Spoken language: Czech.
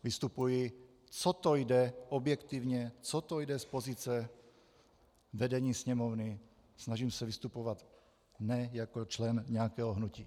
Vystupuji, co to jde objektivně, co to jde z pozice vedení Sněmovny, snažím se vystupovat ne jako člen nějakého hnutí.